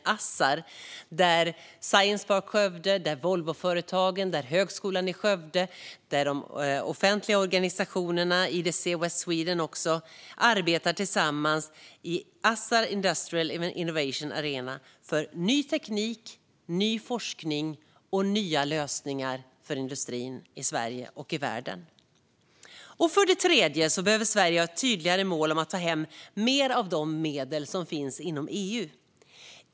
Där arbetar Science Park Skövde, Volvoföretagen, Högskolan i Skövde, de offentliga organisationerna liksom IDC West Sweden tillsammans i Assar Industrial Innovation Arena för att främja ny teknik, ny forskning och nya lösningar för industrin i Sverige och världen. För det tredje behöver Sverige ha ett tydligare mål om att ta hem mer av de medel som finns inom EU.